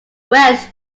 welsh